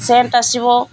Saint ଆସିବ